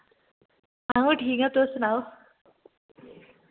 अ'ऊं बी ठीक ऐं तुस सनाओ